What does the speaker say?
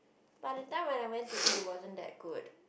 but the time when I went to eat it wasn't that good